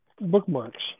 bookmarks